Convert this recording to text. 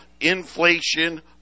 inflation